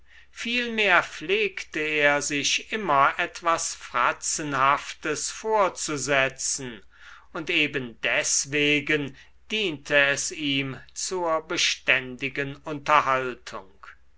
vielmehr pflegte er sich immer etwas fratzenhaftes vorzusetzen und eben deswegen diente es ihm zur beständigen unterhaltung